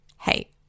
Hey